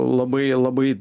labai labai